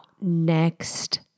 next